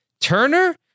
Turner